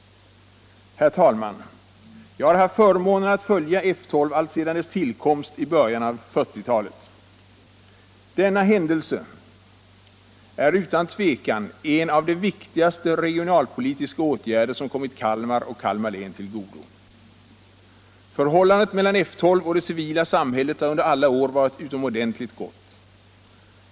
Herr talman! Jag har haft förmånen att följa F 12 sedan dess tillkomst i början på 1940-talet. Denna händelse är utan tvivel en av de viktigaste regionalpolitiska åtgärder som kommit Kalmar och Kalmar län till godo. Förhållandet mellan F 12 och det civila samhället har under alla år varit utomordentligt gott.